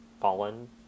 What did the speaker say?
fallen